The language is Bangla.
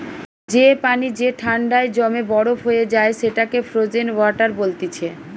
যে পানি যে ঠান্ডায় জমে বরফ হয়ে যায় সেটাকে ফ্রোজেন ওয়াটার বলতিছে